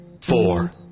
four